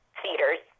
theaters